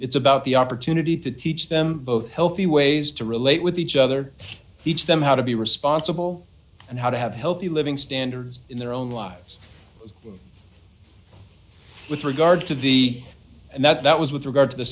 it's about the opportunity to teach them both healthy ways to relate with each other each them how to be responsible and how to have healthy living standards in their own lives with regard to the and that was with regard to the